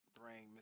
bring